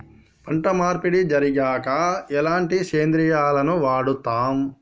పంట మార్పిడి జరిగాక ఎలాంటి సేంద్రియాలను వాడుతం?